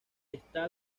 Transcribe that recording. está